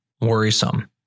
worrisome